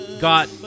got